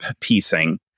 piecing